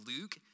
Luke